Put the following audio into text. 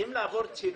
וצריכים לעבור צילום,